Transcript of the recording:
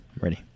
ready